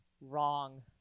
Wrong